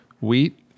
wheat